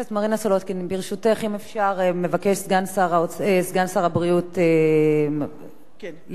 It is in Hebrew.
סגן שר הבריאות ליצמן מבקש לומר כמה מלים.